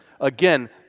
Again